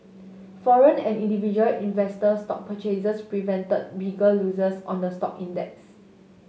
foreign and individual investor stock purchases prevented bigger losses on the stock index